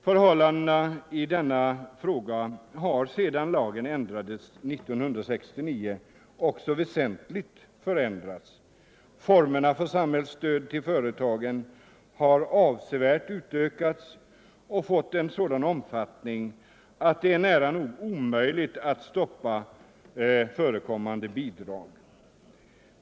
Förhållandena i denna fråga har sedan lagen ändrades 1969 också väsentligt förändrats. Formerna för samhällsstöd till företagen har avsevärt utökats och fått en sådan omfattning att det nära nog är omöjligt att stoppa förekommande bidrag.